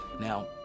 now